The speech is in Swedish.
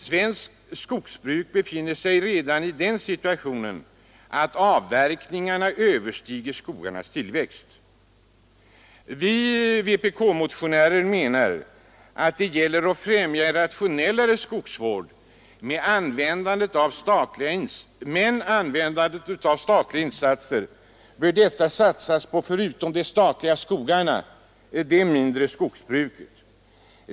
Svenskt skogsbruk befinner sig redan i den situationen att avverkningarna överstiger skogarnas tillväxt. Vi vpk-motionärer menar att gäller det att främja en rationellare skogsvård med användandet av statliga medel, så bör dessa satsas — förutom på de statliga skogarna — på det mindre skogsbruket.